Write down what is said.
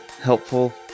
helpful